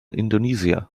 indonesia